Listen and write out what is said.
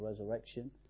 resurrection